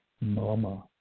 mama